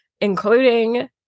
including